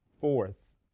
Fourth